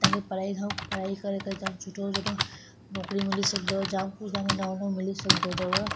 तव्हांखे पढ़ाई खां पढ़ाई करे करे जाम सुठो सुठो नौकिरियूं मिली सघंदव जाम कुझु तव्हांखे नओं नओं मिली सघंदो अथव